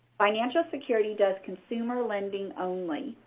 financial security does consumer lending only.